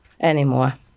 anymore